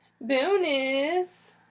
bonus